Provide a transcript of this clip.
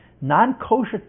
non-kosher